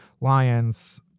lions